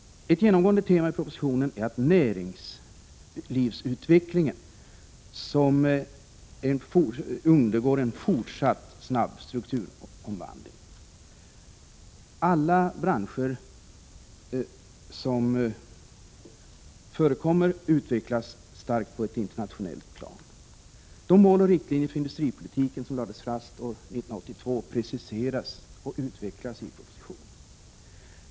Ett genomgående tema i propositionen är att näringslivsutvecklingen undergår en fortsatt snabb strukturomvandling. Alla branscher som förekommer utvecklas starkt på ett internationellt plan. De mål och riktlinjer för industripolitiken som lades fast år 1982 preciseras och utvecklas i propositionen.